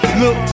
look